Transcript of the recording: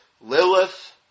Lilith